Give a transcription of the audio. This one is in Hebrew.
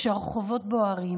כשהרחובות בוערים,